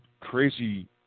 crazy